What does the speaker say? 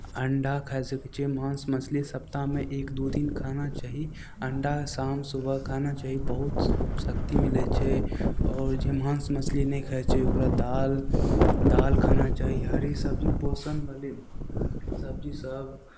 अण्डा खाय सकै छै माँस मछली सप्ताहमे एक दू दिन खाना चाही अण्डा शाम सुबह खाना चाही बहुत शक्ति मिलै छै आओर जे माँस मछली नहि खाइ छै ओकरा दालि दालि खाना चाही हरी सबजी पोषणवाली सबजीसभ